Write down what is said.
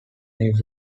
new